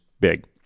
big